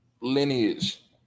lineage